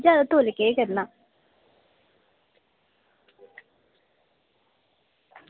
जादै तोलै केह् करना